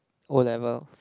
O-levels